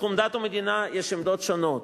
בתחום דת ומדינה יש עמדות שונות.